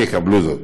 יקבלו זאת.